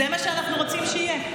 זה מה שאנחנו רוצים שיהיה.